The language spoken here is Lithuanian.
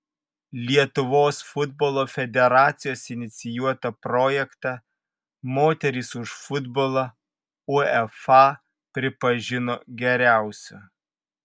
lietuvos futbolo federacijos inicijuotą projektą moterys už futbolą uefa pripažino geriausiu